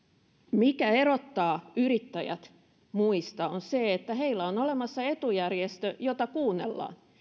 mikä erottaa yrittäjät muista on se että heillä on olemassa etujärjestö jota kuunnellaan